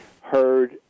heard